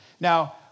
Now